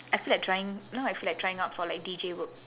I feel like trying now I feel like trying out for like D_J work